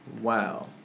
Wow